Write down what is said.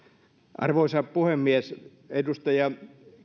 arvoisa puhemies edustaja